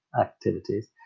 activities